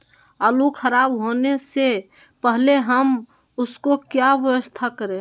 आलू खराब होने से पहले हम उसको क्या व्यवस्था करें?